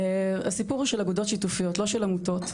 הסיפור של עבודות שיתופיות, לא של עמותות.